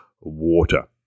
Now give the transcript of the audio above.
water